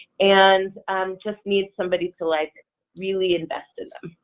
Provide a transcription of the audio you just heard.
and just needs somebody to like really invest in them,